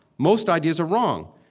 most ideas are wrong.